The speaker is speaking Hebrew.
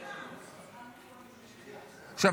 עכשיו,